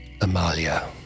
Amalia